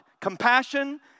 Compassion